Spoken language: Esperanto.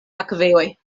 akvejoj